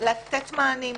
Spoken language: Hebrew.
לתת מענים,